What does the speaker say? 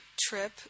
trip